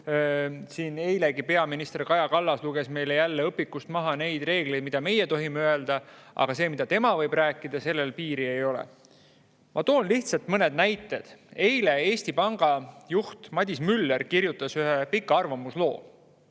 Siin eilegi peaminister Kaja Kallas luges meile jälle õpikust maha reegleid [selle kohta], mida me tohime öelda. Aga sellel, mida tema võib rääkida, piire ei ole. Ma toon lihtsalt mõned näited. Eile Eesti Panga juht Madis Müller kirjutas ühe pika arvamusloo.